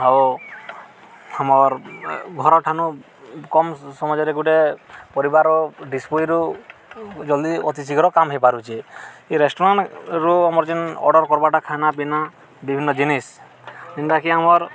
ଆଉ ଆମର୍ ଘରଠାନୁ କମ୍ ସମାଜରେ ଗୋଟେ ପରିବାର ଡ଼ିସ୍ପଇରୁ ଜଲ୍ଦି ଅତି ଶୀଘ୍ର କାମ ହେଇପାରୁଚେ ଏ ରେଷ୍ଟୁରାଣ୍ଟ୍ରୁ ଆମର୍ ଯେନ୍ ଅର୍ଡ଼ର୍ କର୍ବାଟା ଖାନାପିନା ବିଭିନ୍ନ ଜିନିଷ୍ ଯେନ୍ଟାକି ଆମର୍